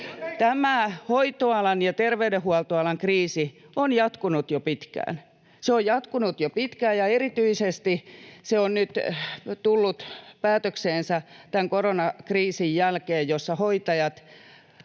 Tämä hoitoalan ja terveydenhuoltoalan kriisi on jatkunut jo pitkään. Se on jatkunut jo pitkään, ja se on erityisesti nyt tullut päätökseensä tämän koronakriisin jälkeen, jossa hoitajat